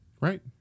Right